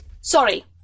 Sorry